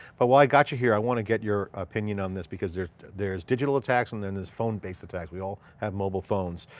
but while i got you here, i want to get your opinion on this because there's there's digital attacks and then there's phone based attacks. we all have mobile phones.